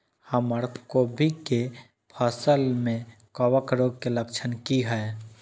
हमर कोबी के फसल में कवक रोग के लक्षण की हय?